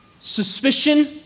suspicion